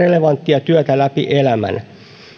relevanttia työtä läpi elämän